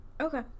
okay